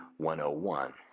101